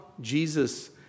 Jesus